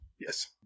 Yes